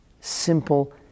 simple